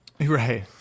Right